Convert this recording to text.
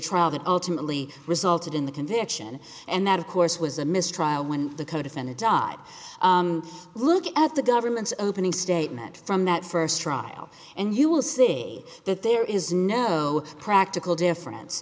trial that ultimately resulted in the conviction and that of course was a mistrial when the codefendant died look at the government's opening statement from that first trial and you will see that there is no practical difference